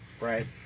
Right